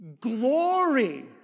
glory